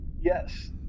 Yes